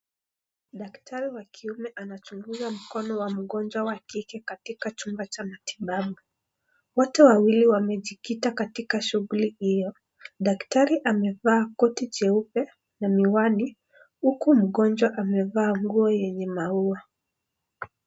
Daktari wa kiume anachunguza mkono wa mgonjwa wa kike katika chumba cha matibabu. Wote wawili wamejikita katika shughuli hiyo. Daktari amevaa koti jeupe na miwani ,huku mgonjwa amevaa nguo yenye maua.